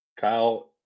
Kyle